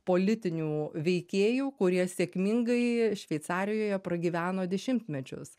politinių veikėjų kurie sėkmingai šveicarijoje pragyveno dešimtmečius